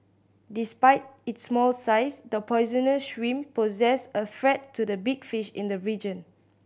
despite its small size the poisonous shrimp poses a threat to the big fish in the region